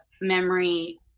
memory